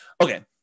Okay